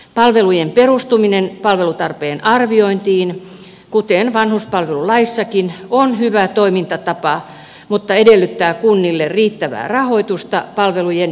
palvelujen perustuminen palvelutarpeen arviointiin kuten vanhuspalvelulaissakin on hyvä toimintatapa mutta edellyttää kunnille riittävää rahoitusta palvelujen järjestämiseen